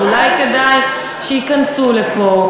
אז אולי כדאי שייכנסו לפה.